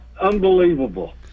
unbelievable